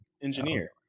engineer